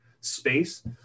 space